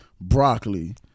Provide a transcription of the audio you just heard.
broccoli